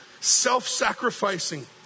self-sacrificing